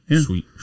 sweet